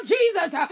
Jesus